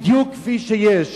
בדיוק כפי שיש